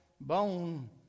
bone